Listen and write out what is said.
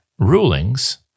rulings